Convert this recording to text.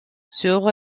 sur